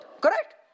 Correct